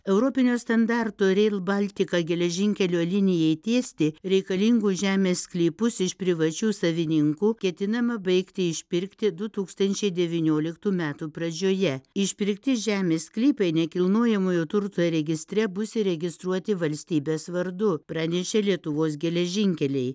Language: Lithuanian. europinio standarto rėl baltika geležinkelio linijai tiesti reikalingų žemės sklypus iš privačių savininkų ketinama baigti išpirkti du tūkstančiai devynioliktų metų pradžioje išpirkti žemės sklypai nekilnojamojo turto registre bus įregistruoti valstybės vardu pranešė lietuvos geležinkeliai